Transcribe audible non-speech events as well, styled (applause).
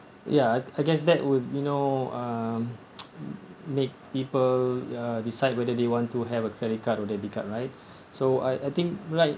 ya I I guess that would you know um (noise) make people uh decide whether they want to have a credit card or debit card right (breath) so I I think right